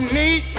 need